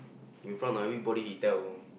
in front of everybody he tell you know